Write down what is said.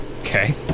Okay